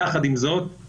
יחד עם זאת,